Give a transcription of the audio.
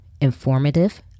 informative